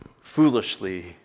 foolishly